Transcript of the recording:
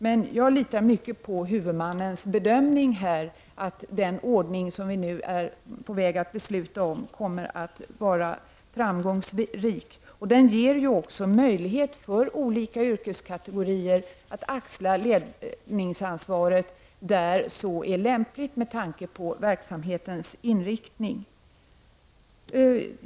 Men jag litar på huvudmännens bedömning att den ordning som vi nu är på väg att besluta om kommer att vara framgångsrik. Den ger också möjlighet för olika yrkeskategorier att axla ledningsansvaret där så är lämpligt med tanke på verksamhetens inriktning.